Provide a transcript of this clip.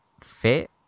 fit